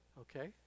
Okay